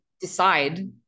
decide